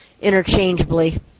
interchangeably